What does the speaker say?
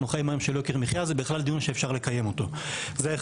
חיים היום זה דיון שאפשר לקיים אותו בכלל.